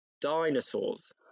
dinosaurs